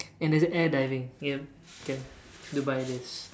and there's air diving yup can to buy this